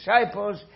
disciples